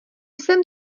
jsem